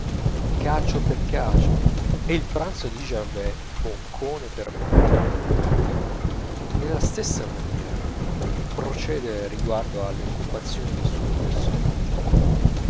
cacio per cacio e il pranzo di gervaise boccone per boccone nella stessa maniera procede riguardo alle occupazioni dei suoi personaggi